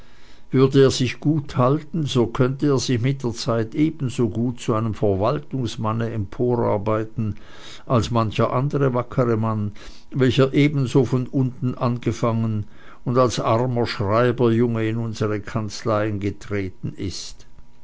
würde er sich gut halten so könnte er sich mit der zeit ebensogut zu einem verwaltungsmanne emporarbeiten als mancher andere wackere mann welcher ebenso von unten angefangen und als armer schreiberjunge in unsere kanzleien getreten ist